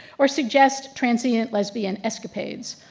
or suggest transient lesbian escapades.